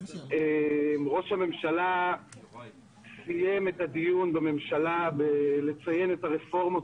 ראש הממשלה סיים את הדיון בממשלה בציון הרפורמות